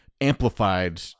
amplified